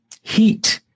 heat